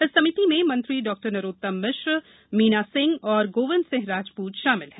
इस समिति में मंत्री डॉ नराप्तम मिश्रा मीना सिंह और गाविंद सिंह राजपूत शामिल हैं